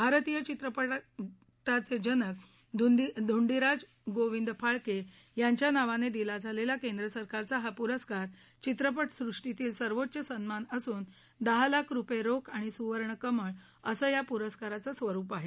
भारतीय चित्रपटाचे जनक धुंडिराज गोविंद फाळके यांच्या नावानं दिला जाणारा केंद्र सरकारचा हा पुरस्कार चित्रपट सृष्टीतील सर्वोच्च सन्मान असून दहा लाख रुपये रोख आणि सुवर्ण कमळ असं या पुरस्काराचं स्वरूप आहे